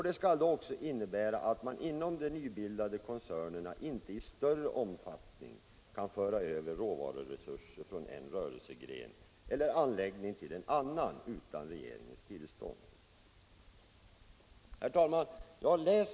Det skall då också innebära att man inom de nybildade koncernerna inte i större omfattning kan föra över råvaruresurser från en rörelsegren eller en anläggning till en annan utan regeringens tillstånd. Nr 35 Herr talman!